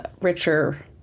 richer